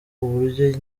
uburyo